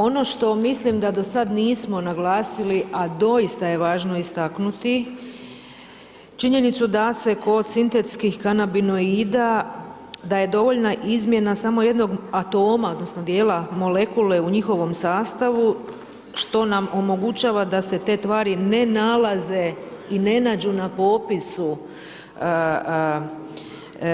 Ono što mislim da dosad nismo naglasili a doista je važno istaknuti činjenicu da se kod sintetskih kanabinoida, da je dovoljna izmjena samo jednog atoma odnosno djela molekule u njihovom sastavu što nam omogućava da se te tvari ne nalaze i ne nađu na popisu